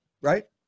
right